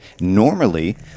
Normally